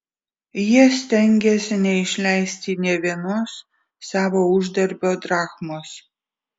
jie stengėsi neišleisti nė vienos savo uždarbio drachmos